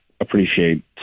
appreciate